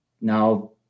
now